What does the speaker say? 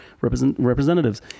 representatives